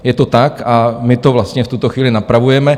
Je to tak a my to vlastně v tuto chvíli napravujeme.